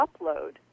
upload